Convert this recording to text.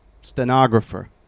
stenographer